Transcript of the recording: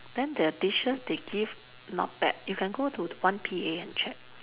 then their dishes they give not bad you can go to one P_A and check